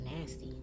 nasty